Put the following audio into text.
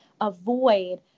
avoid